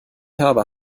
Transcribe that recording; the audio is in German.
habe